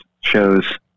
shows